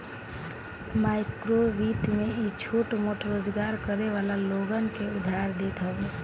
माइक्रोवित्त में इ छोट मोट रोजगार करे वाला लोगन के उधार देत हवे